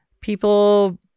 people